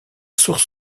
source